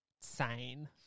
sane